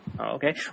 Okay